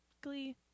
Glee